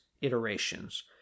iterations